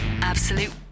Absolute